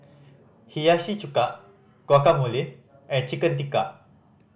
Hiyashi Chuka Guacamole and Chicken Tikka